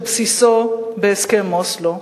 שבסיסו בהסכם אוסלו.